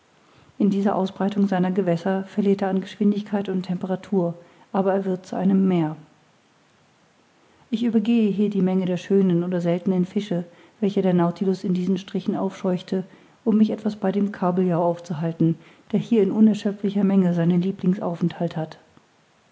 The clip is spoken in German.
in dieser ausbreitung seiner gewässer verliert er an geschwindigkeit und temperatur aber er wird zu einem meer ich übergehe hier die menge der schönen oder seltenen fische welche der nautilus in diesen strichen aufscheuchte um mich etwas bei dem kabeljau aufzuhalten der hier in unerschöpflicher menge seinen lieblingsaufenthalt hat